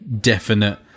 definite